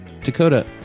Dakota